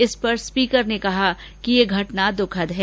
इस पर स्पीकर ने कहा कि ये घटना दुःखद है